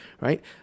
right